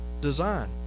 design